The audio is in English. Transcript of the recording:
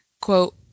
quote